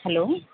hello